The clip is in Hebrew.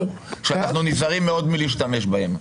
ואנחנו נזהרים מאוד מלהשתמש בהם.